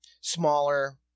smaller